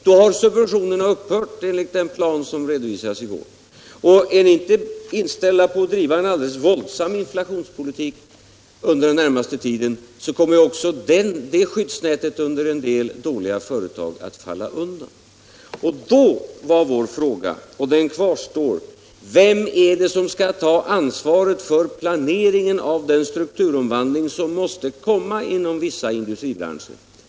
Då har subventionerna upphört enligt den plan som redovisades i går. Och är ni inte inställda på att driva en alldeles våldsam inflationspolitik under den närmaste tiden, kommer också det skyddsnätet under en del dåliga företag att falla undan. Då var vår fråga — och den kvarstår: Vem skall ta ansvaret för planeringen av den strukturomvandling som måste komma inom vissa industribranscher?